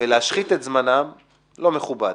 ולהשחית את זמנם זה לא מכובד,